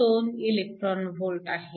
42eV आहे